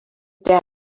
der